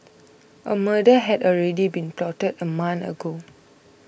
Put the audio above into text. a murder had already been plotted a month ago